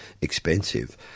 expensive